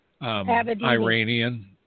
Iranian